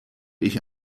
ich